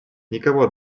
никого